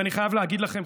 ואני חייב להגיד לכם,